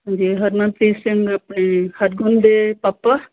ਹਾਂਜੀ ਹਰਮਨਪ੍ਰੀਤ ਸਿੰਘ ਆਪਣੇ ਹਰਗੁਣ ਦੇ ਪਾਪਾ